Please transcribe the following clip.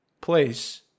place